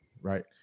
Right